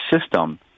system